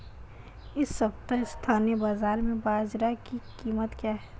इस सप्ताह स्थानीय बाज़ार में बाजरा की कीमत क्या है?